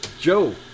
joe